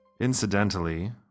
Incidentally